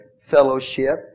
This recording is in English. fellowship